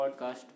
podcast